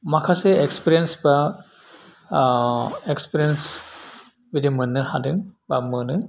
माखासे एक्सफिरियेन्स बा एक्सफिरियेन्स बिदि मोननो हादों बा मोनो